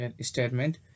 statement